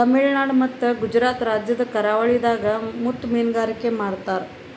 ತಮಿಳುನಾಡ್ ಮತ್ತ್ ಗುಜರಾತ್ ರಾಜ್ಯದ್ ಕರಾವಳಿದಾಗ್ ಮುತ್ತ್ ಮೀನ್ಗಾರಿಕೆ ಮಾಡ್ತರ್